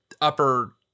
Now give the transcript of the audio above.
upper